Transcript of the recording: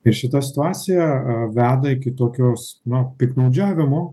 ir šita situacija veda iki tokios na piktnaudžiavimo